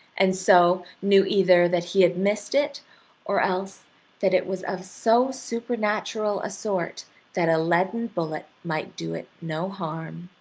and so knew either that he had missed it or else that it was of so supernatural a sort that a leaden bullet might do it no harm.